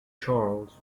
charles